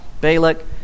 Balak